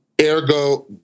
ergo